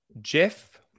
jeff